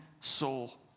soul